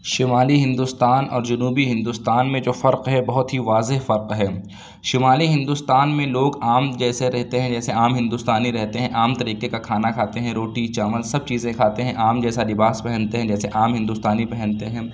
شمالی ہندوستان اور جنوبی ہندوستان میں جو فرق ہے بہت ہی واضح فرق ہے شمالی ہندوستان میں لوگ عام جیسے رہتے ہیں جیسے عام ہندوستانی رہتے ہیں عام طریقے کا کھانا کھاتے ہیں روٹی چاول سب چیزیں کھاتے ہیں عام جیسا لباس پہنتے ہیں جیسے عام ہندوستانی پہنتے ہیں